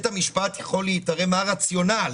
מה הרציונל